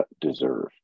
deserve